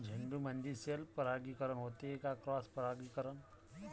झेंडूमंदी सेल्फ परागीकरन होते का क्रॉस परागीकरन?